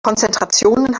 konzentrationen